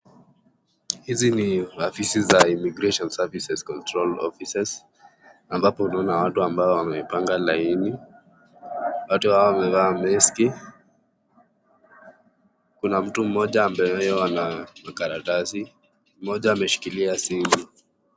Hizo ni afisi za Immigration Service Control Offices, ambapo naona watu ambao wamepanga laini, watu hao wamevaa meski(cs). Kuna mtu mmoja ambayeo ana makaratasi, mmoja ameshikilia simu.